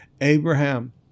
Abraham